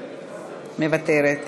מוותרת,